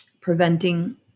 preventing